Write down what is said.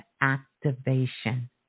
activation